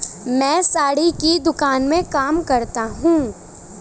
मैं साड़ी की दुकान में काम करता हूं